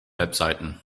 webseiten